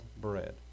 bread